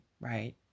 right